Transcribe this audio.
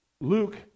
Luke